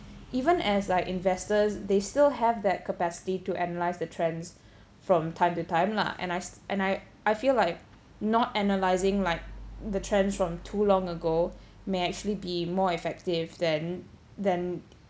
even as like investors they still have that capacity to analyse the trends from time to time lah and I and I I feel like not analysing like the trends from too long ago may actually be more effective than than